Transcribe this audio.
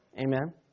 Amen